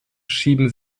schieben